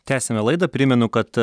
tęsiame laidą primenu kad